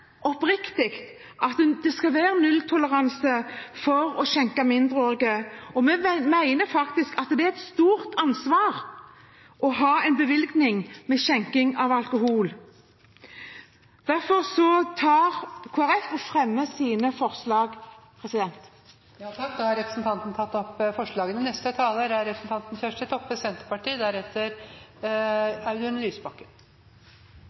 oppriktig at det skal være nulltoleranse for å skjenke mindreårige. Vi mener at det er et stort ansvar å ha en skjenkebevilling. Jeg tar derfor opp forslag nr. 4, som Kristelig Folkeparti har alene, og forslagene nr. 2 og 3, som Kristelig Folkeparti har sammen med andre. Representanten